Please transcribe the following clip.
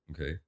Okay